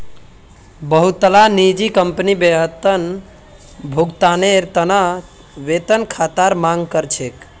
बहुतला निजी कंपनी वेतन भुगतानेर त न वेतन खातार मांग कर छेक